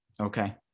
okay